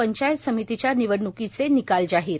पंचायत समितीच्या निवडण्कीचे निकाल जाहीर